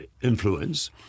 influence